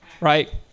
right